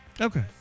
Okay